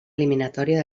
eliminatòria